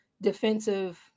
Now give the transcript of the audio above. defensive –